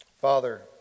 Father